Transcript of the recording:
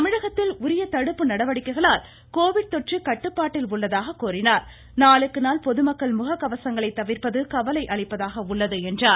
தமிழகத்தில் உரிய தடுப்பு நடவடிக்கைகளால் கோவிட் தொற்று கட்டுப்பாட்டில் உள்ளதாக கூறியஅவர் நாளுக்குநாள் பொதுமக்கள் முகக்கவசங்களை தவிர்ப்பது கவலை அளிப்பதாக உள்ளது என்றார்